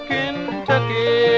Kentucky